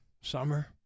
Summer